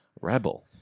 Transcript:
rebel